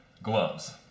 Gloves